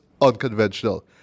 unconventional